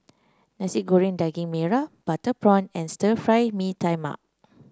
Nasi Goreng Daging Merah Butter Prawn and Stir Fry Mee Tai Mak